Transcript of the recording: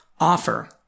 offer